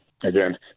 again